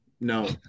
No